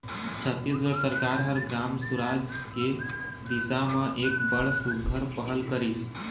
छत्तीसगढ़ सरकार ह ग्राम सुराज के दिसा म एक बड़ सुग्घर पहल करिस